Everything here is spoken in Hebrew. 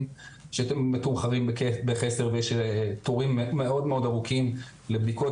שמתומחרים בחסר ויש תורים מאוד ארוכים לבדיקות,